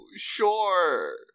Sure